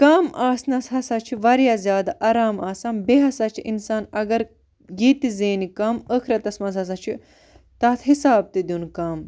کم آسنَس ہَسا چھ واریاہ زیاد آرام آسان بیٚیہِ ہَسا چھ اِنسان اگر ییٚتہِ زینہِ کم ٲخرَتَس مَنٛز ہَسا چھُ تَتھ حِساب تہِ دِیُن کم